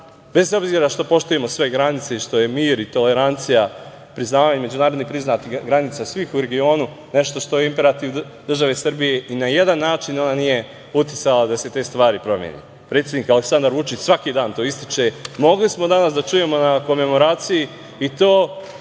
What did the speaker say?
bez obzira što poštujemo sve granice, što je mir, tolerancija, priznavanje, međunarodnih priznatih granica svih u regionu nešto što je imperativ države Srbije i na jedan način ona nije uticala da se te stvari promene. Predsednik Aleksandar Vučić svaki dan to ističe. Mogli smo danas da čujemo na komemoraciji i to